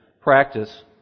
practice